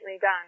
done